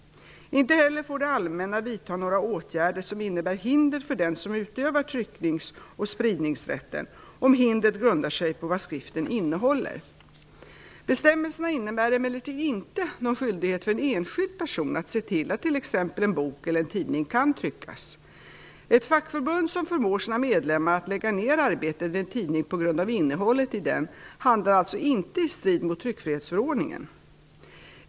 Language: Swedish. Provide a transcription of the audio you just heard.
Inte heller får det allmänna vidta några åtgärder som innebär hinder för den som utövar trycknings och spridningsrätten om hindret grundar sig på vad skriften innehåller. Bestämmelserna innebär emellertid inte någon skyldighet för en enskild person att se till att t.ex. en bok eller en tidning kan tryckas. Ett fackförbund som förmår sina medlemmar att lägga ned arbetet vid en tidning på grund av innehållet i den handlar alltså inte i strid mot tryckfrihetsförordningen.